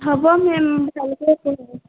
হ'ব মেম ভালকৈ